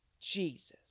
Jesus